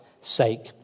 sake